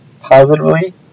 positively